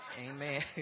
Amen